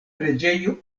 preĝejo